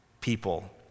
people